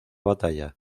batalla